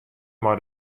mei